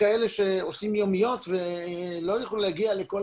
לכאלה שעושים יומיות ולא יכולים להגיע לכל